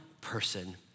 person